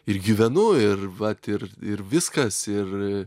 ir gyvenu ir vat ir ir viskas ir